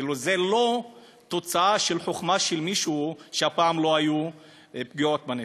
כאילו זו לא תוצאה של חוכמה של מישהו שהפעם לא היו פגיעות בנפש,